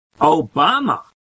Obama